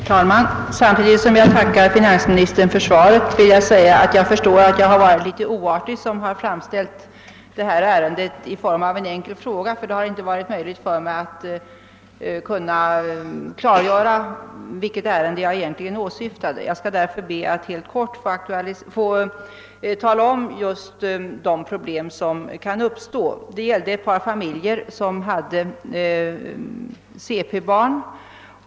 Herr talman! Samtidigt som jag tackar finansministern för svaret vill jag säga att jag förstår att jag. varit litet oartig som tagit upp detta ärende i form av en enkel fråga. Det har inte varit möjligt för mig att klargöra vilket ären-: de jag egentligen åsyftar, och därför skall jag be att helt kortfattat få tala om vilka problem som kan uppstå. | Det gällde här ett par familjer med: cp-barn.